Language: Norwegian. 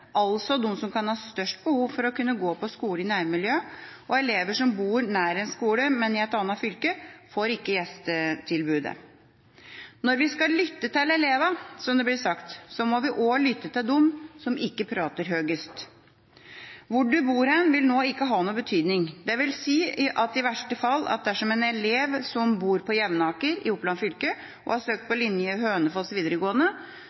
altså de som kan ha størst behov for å kunne gå på skole i nærmiljøet, og elever som bor nær en skole, men i et annet fylke, får ikke gjestetilbud. Når vi skal lytte til elevene, som det blir sagt, må vi også lytte til dem som ikke prater høyest. Hvor en bor, vil nå ikke ha betydning. Det vil i verste fall si at en elev som bor på Jevnaker i Oppland fylke og har søkt på linje på Hønefoss videregående